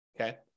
okay